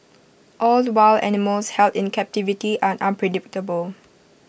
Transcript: all wild animals held in captivity are unpredictable